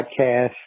podcast